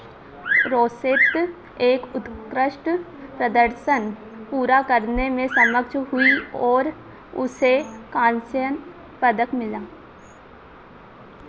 रोसेत एक उत्क्रष्ट प्रदर्शन पूरा करने में समक्ष हुई ओर उसे कांस्य पदक मिला